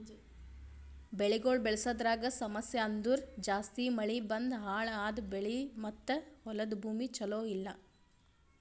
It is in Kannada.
ಬೆಳಿಗೊಳ್ ಬೆಳಸದ್ರಾಗ್ ಸಮಸ್ಯ ಅಂದುರ್ ಜಾಸ್ತಿ ಮಳಿ ಬಂದು ಹಾಳ್ ಆದ ಬೆಳಿ ಮತ್ತ ಹೊಲದ ಭೂಮಿ ಚಲೋ ಇಲ್ಲಾ